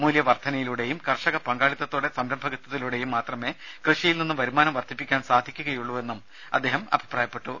മൂല്യവർധനയിലൂടെയും കർഷക പങ്കാളിത്തതോടെ സംരംഭകത്വത്തിലൂടെയും മാത്രമേ കൃഷിയിൽ നിന്നും വരുമാനം വർധിപ്പിക്കാൻ സാധിക്കുകയുള്ളൂ എന്നും അദ്ദേഹം അഭിപ്രായപ്പെട്ടു